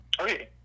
Okay